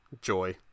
Joy